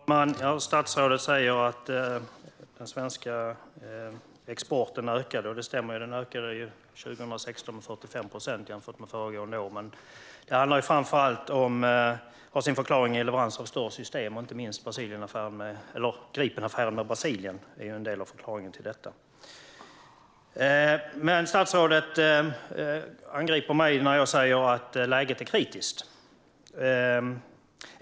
Herr talman! Statsrådet säger att den svenska exporten ökade. Det stämmer. År 2016 ökade den med 45 procent jämfört med föregående år. Men det förklaras framför allt av leveranser av större system. Inte minst Gripenaffären med Brasilien är en del av förklaringen. Statsrådet angriper mig när jag säger att läget är kritiskt.